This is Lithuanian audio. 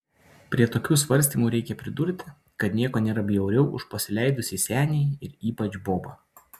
prie tokių svarstymų reikia pridurti kad nieko nėra bjauriau už pasileidusį senį ir ypač bobą